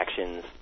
actions